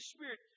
Spirit